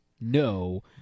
No